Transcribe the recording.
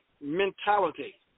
mentality